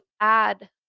add